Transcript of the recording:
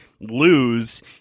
lose